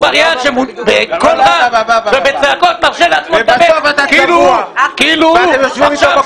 עבריין שבקול רם ובצעקות מרשה לעצמו לדבר כאילו הוא כולו תכלת.